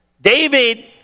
David